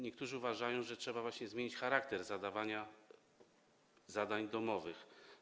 Niektórzy uważają, że trzeba właśnie zmienić charakter zadawania zadań domowych.